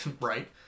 Right